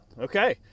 Okay